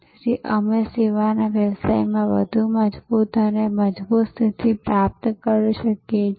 તેથી તમે અહીં જોઈ શકો છો નેટવર્ક્સ વચ્ચે અથવા તેમની વચ્ચે એક પ્રકારની ઉભરતી લડાઈ છે